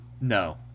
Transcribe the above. No